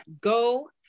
go